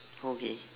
okay